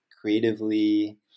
creatively